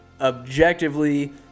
objectively